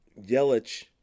Yelich